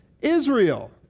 Israel